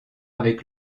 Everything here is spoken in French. avec